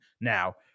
now